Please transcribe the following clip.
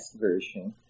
version